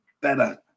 better